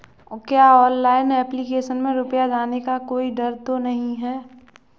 क्या online application में रुपया जाने का कोई डर तो नही है?